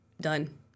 done